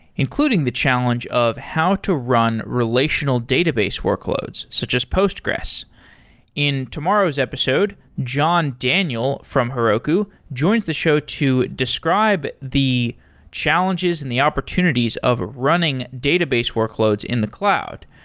including the challenge of how to run relational database workloads, such as postgresql in tomorrow's episode, episode, john daniel from heroku joins the show to describe the challenges and the opportunities of running database workloads in the cloud.